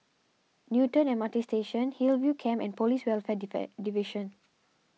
Newton M R T Station Hillview Camp and Police Welfare Division